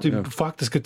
tai faktas kad